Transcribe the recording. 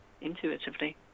intuitively